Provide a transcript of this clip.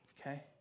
okay